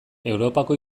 europako